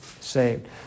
saved